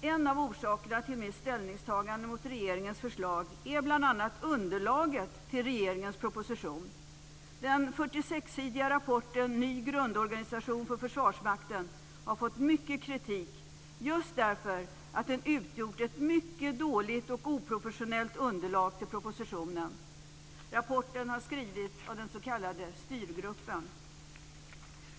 En av orsakerna till mitt ställningstagande mot regeringens förslag är bl.a. underlaget till regeringens proposition. Den 46-sidiga rapporten Ny grundorganisation för Försvarsmakten har fått mycket kritik just därför att den utgjort ett mycket dåligt och oprofessionellt underlag till propositionen. Rapporten har skrivits av den s.k. styrgruppen.